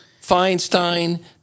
Feinstein